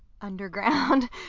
underground